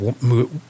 move